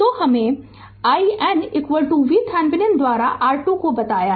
तो हमे i n VThevenin द्वारा R2 को बताया